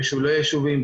בשולי ישובים,